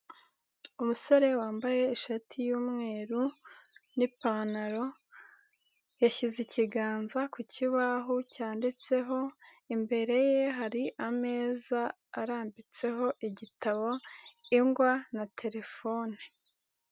Umusore wambaye ishati y'umweru n'ipantaro, yashyize ikiganza ku kibaho cyanditseho, imbere ye hari ameza arambitseho igitabo, ingwa na telefone.